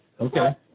Okay